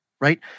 right